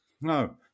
No